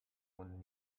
own